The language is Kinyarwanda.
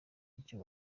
icyo